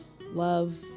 love